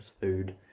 food